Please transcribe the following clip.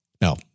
Now